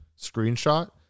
screenshot